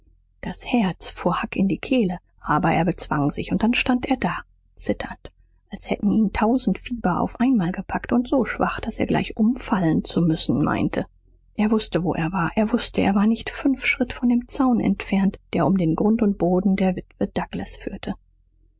das herz fuhr huck in die kehle aber er bezwang sich und dann stand er da zitternd als hätten ihn tausend fieber auf einmal gepackt und so schwach daß er gleich umfallen zu müssen meinte er wußte wo er war er wußte er war nicht fünf schritt von dem zaun entfernt der um den grund und boden der witwe douglas führte